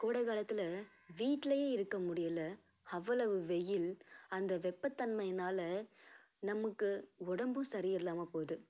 கோடைக்காலத்தில் வீட்டிலையே இருக்க முடியலை அவ்வளவு வெயில் அந்த வெப்பத்தன்மையினால் நமக்கு உடம்பும் சரியில்லாமல் போது